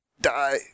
Die